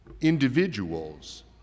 individuals